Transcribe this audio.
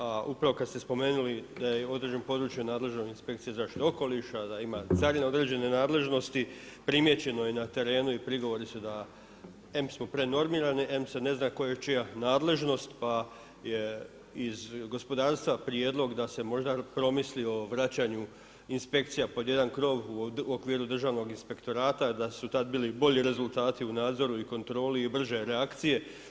A upravo kada ste spomenuli da je određeno područje nadležna inspekcija zaštite okoliša, da ima carina određene nadležnosti primijećeno je na terenu i prigovori su da em smo prenormirani, em se ne zna koja je čija nadležnost pa je iz gospodarstva prijedlog da se možda promisli o vraćanju inspekcija pod jedan krov u okviru državnog inspektorata, da su tada bili bolji rezultati u nadzoru i kontroli i brže reakcije.